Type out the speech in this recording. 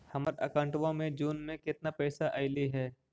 हमर अकाउँटवा मे जून में केतना पैसा अईले हे?